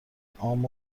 عام